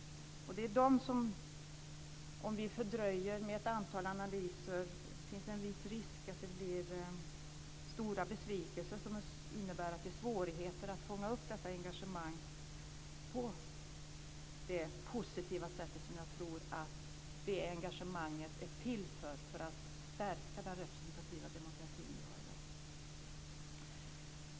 Om vi fördröjer med ett antal analyser finns det viss risk att det blir stora besvikelser innebärande att det blir svårigheter med att fånga upp engagemanget på det positiva sätt som jag tror att engagemanget är till för när det gäller att stärka den representativa demokrati som vi i dag har.